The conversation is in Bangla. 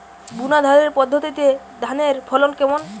বুনাধানের পদ্ধতিতে ধানের ফলন কেমন?